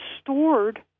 stored